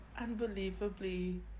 unbelievably